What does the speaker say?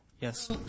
Yes